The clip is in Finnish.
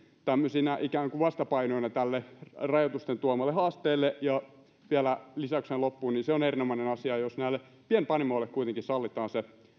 tämmöisinä ikään kuin vastapainoina tälle rajoitusten tuomalle haasteelle ja vielä lisäyksenä loppuun on erinomainen asia jos pienpanimoille kuitenkin sallitaan